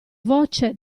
voce